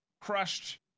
Crushed